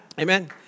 Amen